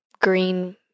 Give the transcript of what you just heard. green